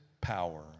power